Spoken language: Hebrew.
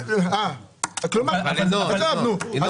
אני